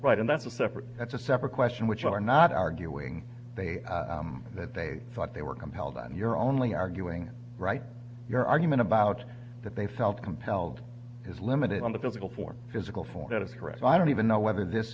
right and that's a separate that's a separate question which are not arguing they that they thought they were compelled and you're only arguing right your argument about out that they felt compelled is limited on the physical for physical force out of threat i don't even know whether this